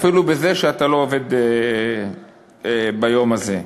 אפילו בזה שאתה לא עובד ביום הזה.